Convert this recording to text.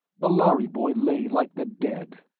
the lhari boy lay like the dead.